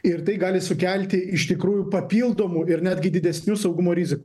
ir tai gali sukelti iš tikrųjų papildomų ir netgi didesnių saugumo rizikų